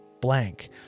blank